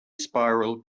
spiral